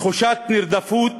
תחושת נרדפות